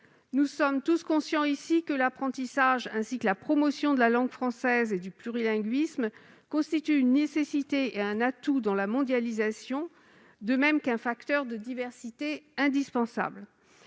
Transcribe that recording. Nous sommes tous conscients du fait que l'apprentissage et la promotion de la langue française et du plurilinguisme constituent une nécessité et un atout dans la mondialisation, de même qu'un facteur de diversité indispensable.